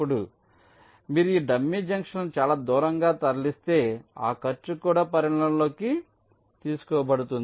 కాబట్టి మీరు ఈ డమ్మీ జంక్షన్లను చాలా దూరంగా తరలిస్తే ఆ ఖర్చు కూడా పరిగణనలోకి తీసుకోబడుతుంది